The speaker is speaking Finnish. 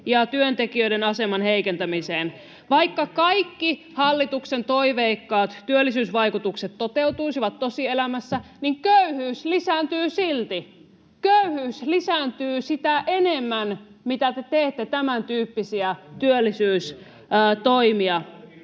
ja työntekijöiden aseman heikentämiseen. Vaikka kaikki hallituksen toiveikkaat työllisyysvaikutukset toteutuisivat tosielämässä, köyhyys lisääntyy silti. Köyhyys lisääntyy sitä enemmän, mitä enemmän te teette tämäntyyppisiä työllisyystoimia.